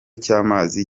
cy’amazi